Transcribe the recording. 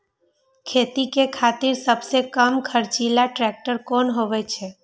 खेती के खातिर सबसे कम खर्चीला ट्रेक्टर कोन होई छै?